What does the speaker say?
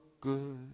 good